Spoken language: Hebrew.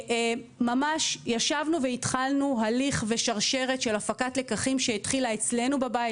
ממש ישבנו והתחלנו הליך ושרשרת של הפקת לקחים שהתחילה אצלנו בבית.